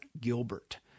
Gilbert